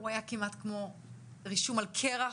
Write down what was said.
הוא היה כמעט כמו רישום על קרח,